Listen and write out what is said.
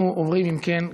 אם כן,